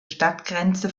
stadtgrenze